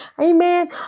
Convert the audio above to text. Amen